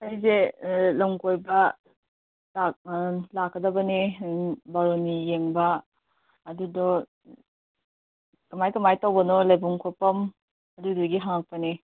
ꯑꯩꯁꯦ ꯂꯝ ꯀꯣꯏꯕ ꯂꯥꯛꯀꯗꯕꯅꯦ ꯎꯝ ꯕꯥꯔꯨꯅꯤ ꯌꯦꯡꯕ ꯑꯗꯨꯗꯣ ꯀꯃꯥꯏꯅ ꯀꯃꯥꯏꯅ ꯇꯧꯕꯅꯣ ꯂꯩꯕꯝ ꯈꯣꯠꯐꯝ ꯑꯗꯨꯗꯨꯒꯤ ꯍꯪꯉꯛꯄꯅꯦ